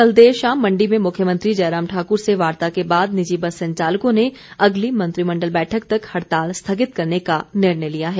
कल देर शाम मंडी में मुख्यमंत्री जयराम ठाकुर से वार्ता के बाद निजी बस संचालकों ने अगली कैबिनेट बैठक तक हड़ताल स्थगित करने का निर्णय लिया है